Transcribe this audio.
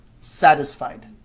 satisfied